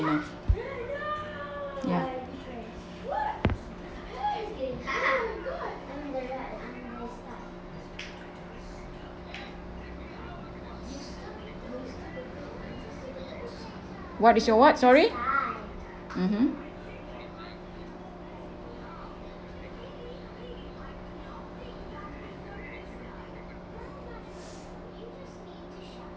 you know ya what is your what sorry mmhmm